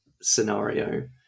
scenario